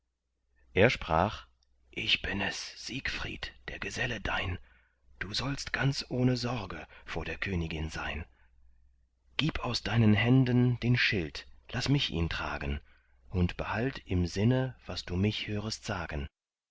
er sprach ich bin es siegfried der geselle dein du sollst ganz ohne sorge vor der königin sein gib aus den händen den schild laß mich ihn tragen und behalt im sinne was du mich hörest sagen